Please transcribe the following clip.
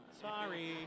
Sorry